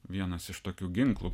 vienas iš tokių ginklų